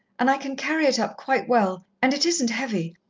and i can carry it up quite well, and it isn't heavy.